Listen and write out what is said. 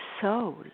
soul